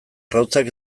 arrautzak